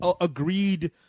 agreed